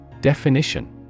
Definition